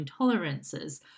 intolerances